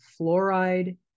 fluoride